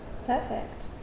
Perfect